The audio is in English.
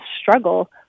struggle